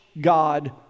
God